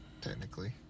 technically